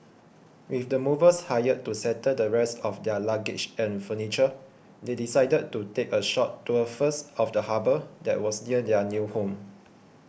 with the movers hired to settle the rest of their luggage and furniture they decided to take a short tour first of the harbour that was near their new home